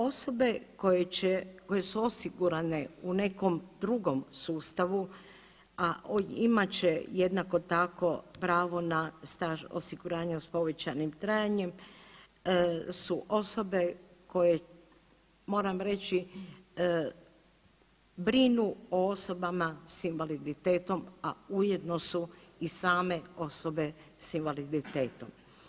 Osobe koje su osigurane u nekom drugom sustavu, a imat će jednako tako pravo na staž osiguranja sa povećanim trajanjem su osobe koje moram reći brinu o osobama sa invaliditetom a ujedno su i same osobe sa invaliditetom.